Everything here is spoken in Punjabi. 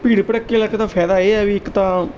ਭੀੜ ਭੜੱਕੇ ਵਾਲੇ ਇਲਾਕੇ ਦਾ ਫ਼ਾਇਦਾ ਇਹ ਹੈ ਵੀ ਇੱਕ ਤਾਂ